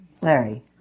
Larry